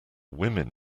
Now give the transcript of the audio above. women